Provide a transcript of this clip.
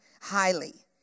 highly